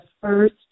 first